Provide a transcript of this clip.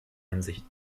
hinsicht